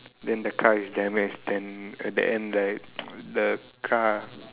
then the car is damaged then at the end right the car